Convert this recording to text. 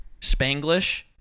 Spanglish